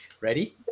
Ready